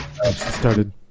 started